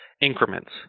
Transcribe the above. increments